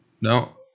No